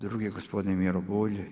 Drugi je gospodin Miro Bulj.